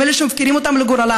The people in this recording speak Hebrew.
הם אלה שמפקירים אותם לגורלם.